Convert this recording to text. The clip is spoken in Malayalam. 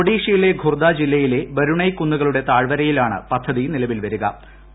ഒഡീഷയിലെ ഖുർദ ജില്ലയിലെ ബ്രൂണൈയ് കുന്നുകളുടെ താഴ്വരയിലാണ് പദ്ധതി നിലവിൽ വർീക്ക്